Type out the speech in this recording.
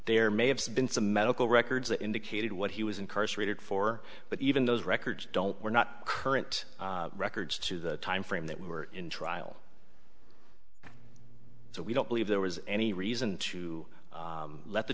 there may have been some medical records that indicated what he was incarcerated for but even those records don't we're not current records to the timeframe that were in trial so we don't believe there was any reason to let the